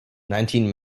nineteen